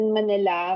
Manila